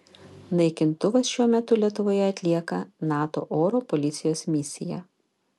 naikintuvas šiuo metu lietuvoje atlieka nato oro policijos misiją